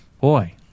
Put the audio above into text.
boy